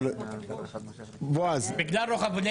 אבל בועז -- בגלל רוחב לב אתה מוותר.